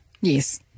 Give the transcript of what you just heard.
Yes